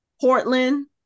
portland